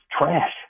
trash